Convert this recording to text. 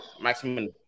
Maximum